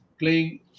playing